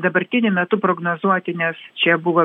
dabartiniu metu prognozuoti nes čia buvo